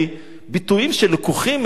ביטויים שלקוחים מאיזה עולם